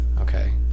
Okay